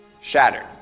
Shattered